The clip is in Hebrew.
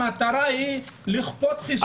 המטרה היא לכפות חיסונים.